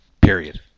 period